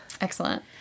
Excellent